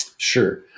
Sure